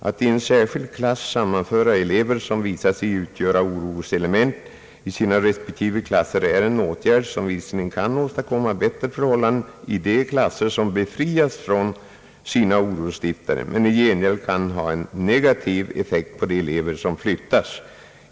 Att till en särskild klass sammanföra elever som visat sig utgöra oroselement i sina respektive klasser är en åtgärd, som visserligen kan åstadkomma bättre förhållanden i de klasser som befrias från sina orosstiftare, men i gengäld kan ha en negativ effekt på de elever som flyttas.